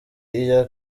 iya